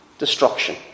Destruction